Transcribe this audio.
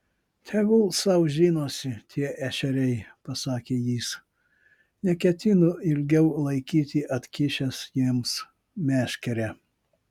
tegul sau žinosi tie ešeriai pasakė jis neketinu ilgiau laikyti atkišęs jiems meškerę